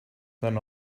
than